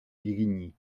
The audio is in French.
grigny